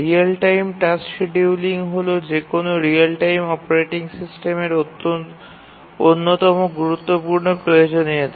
real time task scheduling হল যে কোনও রিয়েল টাইম অপারেটিং সিস্টেমের অন্যতম গুরুত্বপূর্ণ প্রয়োজনীয়তা